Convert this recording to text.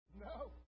No